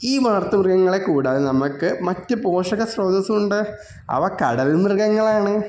ഈ വളർത്തു മൃഗങ്ങളെ കൂടാതെ നമുക്ക് മറ്റ് പോഷക സ്രോതസ്സുണ്ട് അവ കടൽ മൃഗങ്ങളാണ്